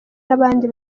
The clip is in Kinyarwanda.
n’abandi